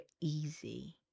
easy